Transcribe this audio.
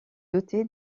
doté